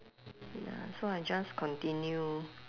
ya so I just continue